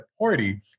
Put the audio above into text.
Party